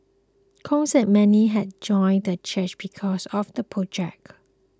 Kong said many had joined the church because of the project